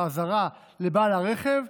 האזהרה לבעל הרכב,